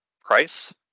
price